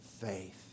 faith